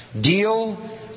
Deal